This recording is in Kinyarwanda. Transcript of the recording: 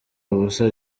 ubusa